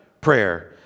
prayer